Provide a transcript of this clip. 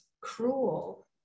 cruel